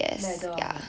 leather ah